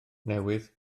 newydd